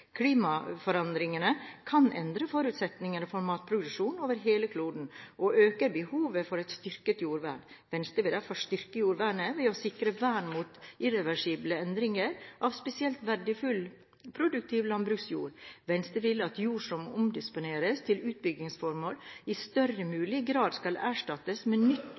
Klimaforandringene kan endre forutsetningene for matproduksjon over hele kloden, og øker behovet for et styrket jordvern. Venstre vil derfor styrke jordvernet for å sikre vern mot irreversible endringer av spesielt verdifull produktiv landbruksjord. Venstre vil at jord som omdisponeres til utbyggingsformål, i størst mulig grad skal erstattes med nytt